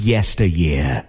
Yesteryear